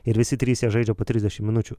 ir visi trys jie žaidžia po trisdešim minučių